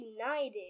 United